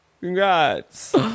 Congrats